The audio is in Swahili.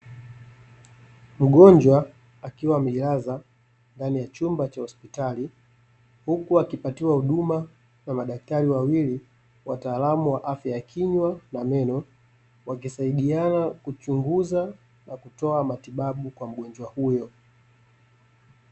Mgonjwa akiwa amejilaza ndani ya chumba cha hospitali, huku akipatiwa huduma na madaktari wawili wataalamu wa afya ya kinywa na meno wakisaidiana kuchunguza na kutoa matibabu kwa mgonjwa huyo.